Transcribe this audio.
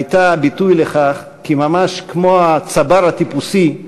הייתה הביטוי לכך כי ממש כמו הצבר הטיפוסי,